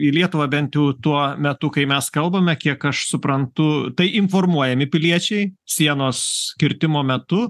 į lietuvą bent jau tuo metu kai mes kalbame kiek aš suprantu tai informuojami piliečiai sienos kirtimo metu